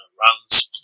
runs